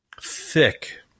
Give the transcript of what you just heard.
thick